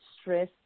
stress